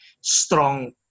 strong